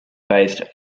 based